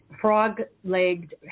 frog-legged